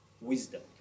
wisdom